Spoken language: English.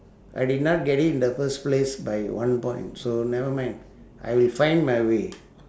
I did not get it in the first place by one point so never mind I will find my way